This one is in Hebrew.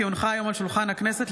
כי הונחה היום על שולחן הכנסת,